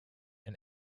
and